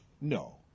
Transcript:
No